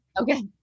okay